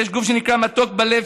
יש גוף שנקרא "מתוק בלב",